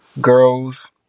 girls